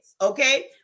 okay